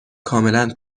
کاملا